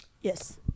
Yes